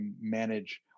manage